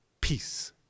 Peace